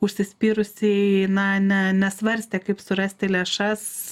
užsispyrusiai na ne nesvarstė kaip surasti lėšas